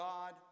God